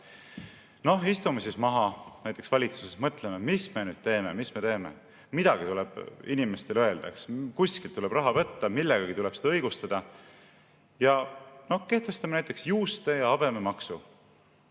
vaja. Istume maha, näiteks valitsuses, ja mõtleme, mis me nüüd teeme. Mis me teeme? Midagi tuleb inimestele öelda, kuskilt tuleb raha võtta, millegagi tuleb seda õigustada. Kehtestame näiteks juuste- ja habememaksu.